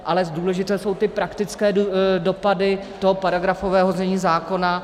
Ale důležité jsou ty praktické dopady paragrafového znění zákona.